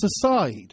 aside